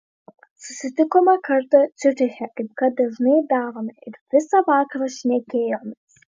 susitikome kartą ciuriche kaip kad dažnai darome ir visą vakarą šnekėjomės